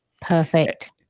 Perfect